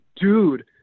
dude